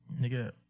Nigga